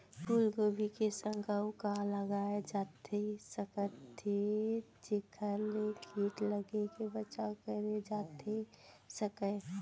फूलगोभी के संग अऊ का लगाए जाथे सकत हे जेखर ले किट लगे ले बचाव करे जाथे सकय?